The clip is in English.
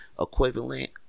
equivalent